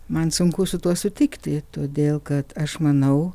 man sunku su tuo sutikti todėl kad aš manau